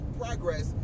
progress